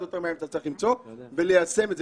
יותר את מה שצריך למצוא וליישם את זה.